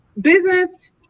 business